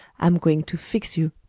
i'm going to fix you,